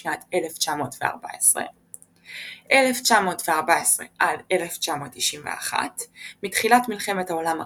בשנת 1914. 1914–1991 מתחילת מלחמת העולם הראשונה,